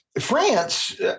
France